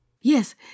Yes